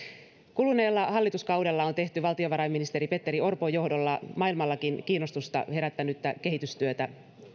kuluneella hallituskaudella on tehty valtiovarainministeri petteri orpon johdolla maailmallakin kiinnostusta herättänyttä kehitystyötä